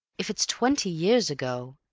if it's twenty years ago,